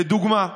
לדוגמה,